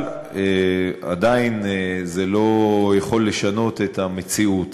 אבל עדיין זה לא יכול לשנות את המציאות.